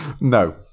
No